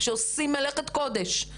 שעושים מלאכת קודש,